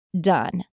done